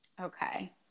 Okay